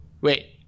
wait